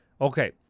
Okay